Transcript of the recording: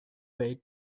way